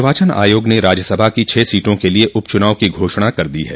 निर्वाचन आयोग ने राज्यसभा की छह सीटों के लिए उप चुनाव की घोषणा कर दी है